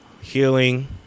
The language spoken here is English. healing